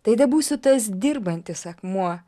tai tebūsiu tas dirbantis akmuo